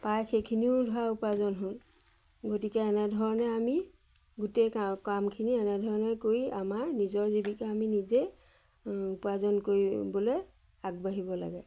পাই সেইখিনিও ধৰা উপাৰ্জন হ'ল গতিকে এনেধৰণে আমি গোটেই কা কামখিনি এনেধৰণে কৰি আমাৰ নিজৰ জীৱিকা আমি নিজে উপাৰ্জন কৰিবলৈ আগবাঢ়িব লাগে